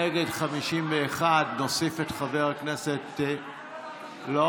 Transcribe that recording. נגד, 51. נוסיף את חבר הכנסת, לא.